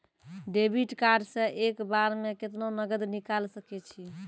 Debit card से एक बार मे केतना नगद निकाल सके छी?